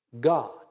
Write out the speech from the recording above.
God